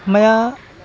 मया